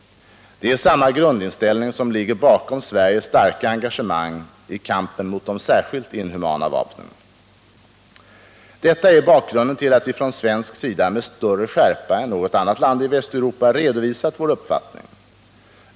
Det är samma grundinställning som ligger bakom Sveriges starka engagemang i kampen mot de särskilt inhumana vapnen. Detta är bakgrunden till att vi från svensk sida med större skärpa än något annat land i Västeuropa redovisat vår uppfattning.